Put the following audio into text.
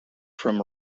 from